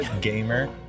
gamer